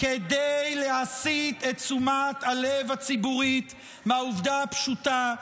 כדי להסיט את תשומת הלב הציבורית מהעובדה הפשוטה,